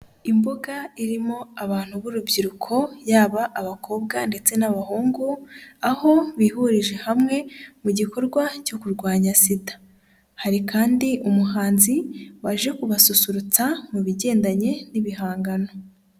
lmbuga irimo abantu b'urubyiruko ,yaba abakobwa ndetse n'abahungu, aho bihurije hamwe mu gikorwa cyo kurwanya sida ,hari kandi umuhanzi ,waje kubasusurutsa mu bigendanye n'ibihangano.